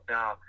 now